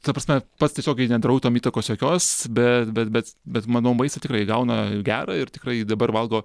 ta prasme pats tiesiogiai nedarau tam įtakos jokios bet bet bet bet manau maistą tikrai gauna gerą ir tikrai dabar valgo